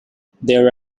there